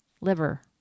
liver